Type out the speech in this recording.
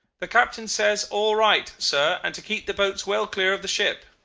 the captain says, all right, sir, and to keep the boats well clear of the ship